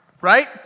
right